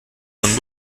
von